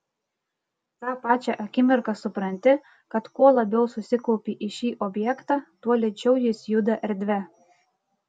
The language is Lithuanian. tą pačią akimirką supranti kad kuo labiau susikaupi į šį objektą tuo lėčiau jis juda erdve